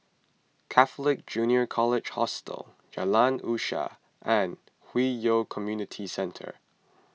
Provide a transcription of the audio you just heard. Catholic Junior College Hostel Jalan Usaha and Hwi Yoh Community Centre